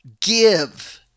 give